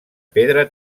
pedra